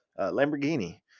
Lamborghini